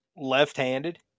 left-handed